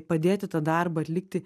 padėti tą darbą atlikti